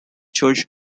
church